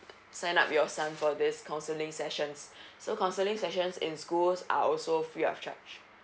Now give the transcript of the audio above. sign up your son for this counselling sessions so counselling sessions in schools are also free of charge